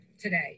today